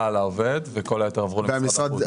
העובד עבר למל"ל וכל היתר עברו למשרד החוץ.